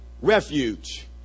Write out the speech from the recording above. refuge